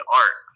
art